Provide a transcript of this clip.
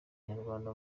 banyarwanda